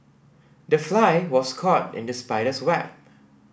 the fly was caught in the spider's web